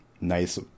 nice